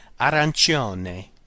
arancione